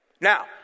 Now